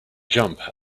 jump